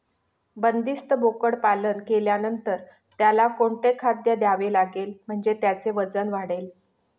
बंदिस्त बोकडपालन केल्यानंतर त्याला कोणते खाद्य द्यावे लागेल म्हणजे त्याचे वजन वाढेल?